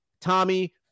Tommy